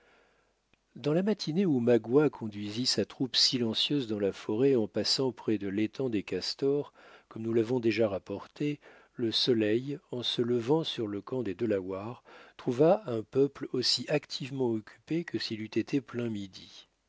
dans la matinée où magua conduisit sa troupe silencieuse dans la forêt en passant près de l'étang des castors comme nous l'avons déjà rapporté le soleil en se levant sur le camp des delawares trouva un peuple aussi activement occupé que s'il eût été plein midi